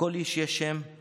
// לכל איש יש שם /